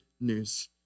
news